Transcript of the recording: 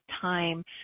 time